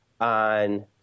on